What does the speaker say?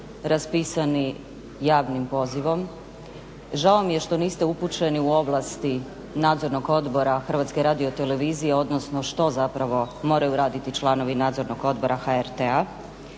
raspisani javnim pozivom. Žao mi je što niste upućeni u ovlasti nadzornog odbora HRT-a odnosno što zapravo moraju raditi članovi Nadzornog odbora HRT-a.